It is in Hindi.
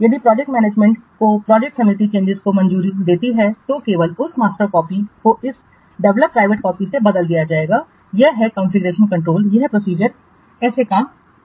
यदि प्रोजेक्ट मैनेजर की प्रोजेक्ट समिति चेंजिंसों को मंजूरी देती है तो केवल उस मास्टर कॉपी को इस डेवलप प्राइवेट कॉपी से बदल दिया जाएगा यह है कॉन्फ़िगरेशन कंट्रोल यह प्रोसीजर कैसे काम करता है